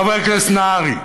חבר הכנסת נהרי.